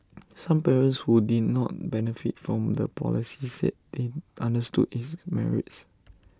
some parents who did not benefit from the policy said they understood its merits